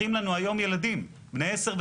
מירב בן ארי,